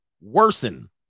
worsen